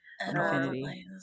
Infinity